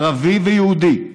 ערבי ויהודי,